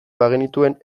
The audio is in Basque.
bagenituen